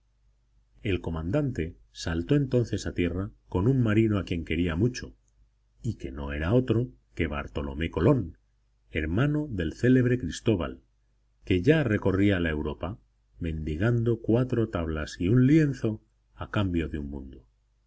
el comandante saltó entonces a tierra con un marino a quien quería mucho y que no era otro que bartolomé colón hermano del célebre cristóbal que ya recorría la europa mendigando cuatro tablas y un lienzo a cambio de un mundo y habiendo subido las márgenes del citado río encontraron media docena de